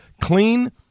Clean